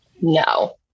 no